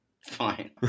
Fine